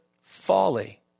folly